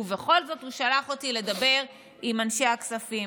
ובכל זאת הוא שלח אותי לדבר עם אנשי הכספים.